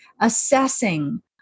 assessing